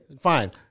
fine